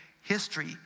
history